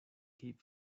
keep